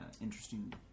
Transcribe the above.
interesting